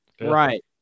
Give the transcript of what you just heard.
Right